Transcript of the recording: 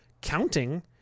Counting